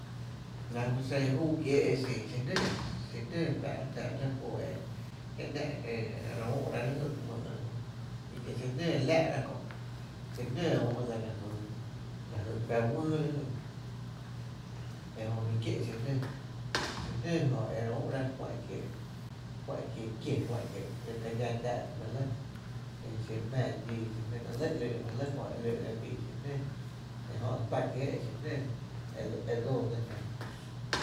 La kú xen júu kiee’ e xin xinǿǿ, xinǿǿ fá’rá’ jnⱥⱥ’ o e ‘nⱥá’ re ü’ráa’ la jy ‘myy’ lajy ii kie’ xinǿǿ re laá’ rá’ kö’ xinǿǿ ü’dsa lajy kuⱥⱥ’ wÿÿ jy ejö fí kié’ xinǿǿ, xinǿǿ jö e re ü’ra fá’n kié’, fá’n kie’ kie, fá’n kié’ ka dxá tⱥⱥ’ ta jmí’ lɇ e xiro jmⱥⱥ dxíí xiro jmí’ ‘néé’ lɇ ‘loo’ ta jmí’ lɇ köö e ‘ló´’, ejö ta kiéé’ köö xinǿǿ e dsoo dsín jná.